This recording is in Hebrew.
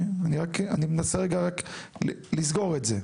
אני רק מנסה רגע רק לסגור את זה.